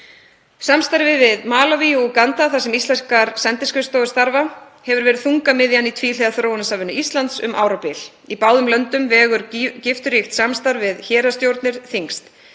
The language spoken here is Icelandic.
Samstarfið við Malaví og Úganda, þar sem íslenskar sendiskrifstofur starfa, hefur verið þungamiðjan í tvíhliða þróunarsamvinnu Íslands um árabil. Í báðum löndum vegur gifturíkt samstarf við héraðsstjórnir þyngst.